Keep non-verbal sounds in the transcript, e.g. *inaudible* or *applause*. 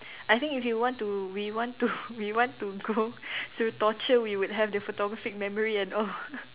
*breath* I think if you want to we want to we want to go to torture we would have the photographic memory and all *laughs*